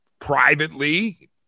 privately